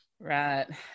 right